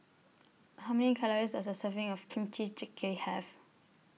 How Many Calories Does A Serving of Kimchi Jjigae Have